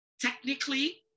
Technically